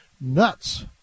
nuts